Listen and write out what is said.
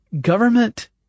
government